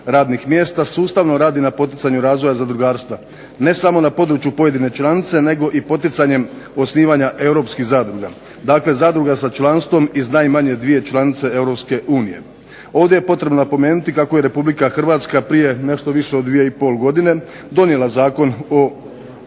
radnih mjesta sustavno radi na poticanju razvoja zadrugarstva ne samo na području pojedine članice nego i poticanjem osnivanja europskih zadruga, dakle zadruga sa članstvom iz najmanje dvije članice Europske unije. Ovdje je potrebno napomenuti kako je Republika Hrvatska prije nešto više od 2 i pol godine donijela Zakon o